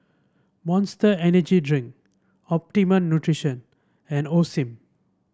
Monster Energy Drink Optimum Nutrition and Osim